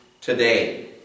today